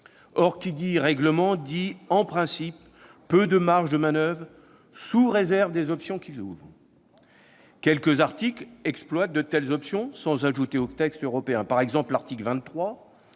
Or, qui dit règlement, dit, en principe, peu de marges de manoeuvre, sous réserve des options qu'il ouvre. Quelques articles exploitent de telles options, sans ajouter au texte européen. C'est le cas de l'article 23,